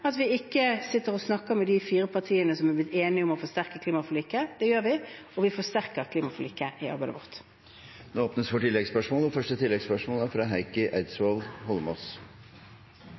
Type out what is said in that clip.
at vi ikke sitter og snakker med de fire partiene som er blitt enige om å forsterke klimaforliket – det gjør vi. Vi forsterker klimaforliket i arbeidet vårt. Det åpnes for oppfølgingsspørsmål – først Heikki Eidsvoll Holmås. Jeg registrerer at heller ikke statsministeren er